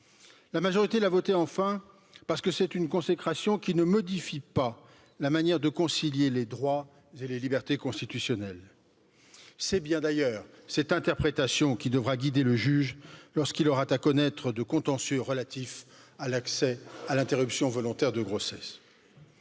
La majorité l'a voté enfin, parce que c'est une consécration qui nee modifie pas la manière de concilier les droits et les libertés constitutionnelles. C'est bien d'ailleurs cette interprétation qui devra guider le juge lorsqu'il aura à connaître de contentieux relatifs à l'accès à l'interruption volontaire de grossesse.